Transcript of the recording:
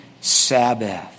Sabbath